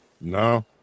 No